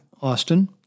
Austin